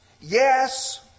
Yes